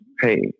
hey